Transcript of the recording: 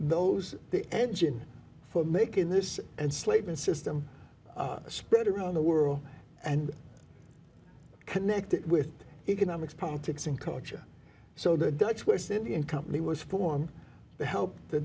those the engine for making this and slave and system spread around the world and connect it with economics politics and culture so the dutch west indian company was formed to help the